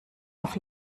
auf